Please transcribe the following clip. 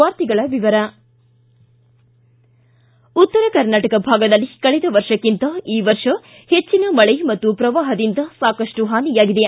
ವಾರ್ತೆಗಳ ವಿವರ ಉತ್ತರ ಕರ್ನಾಟಕ ಭಾಗದಲ್ಲಿ ಕಳೆದ ವರ್ಷಕ್ಕಿಂತ ಈ ವರ್ಷ ಹೆಚ್ಚಿನ ಮಳೆ ಮತ್ತು ಪ್ರವಾಹದಿಂದ ಸಾಕಷ್ಟು ಹಾನಿಯಾಗಿದೆ